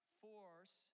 force